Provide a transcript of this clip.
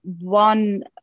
one